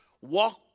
walk